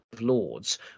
Lords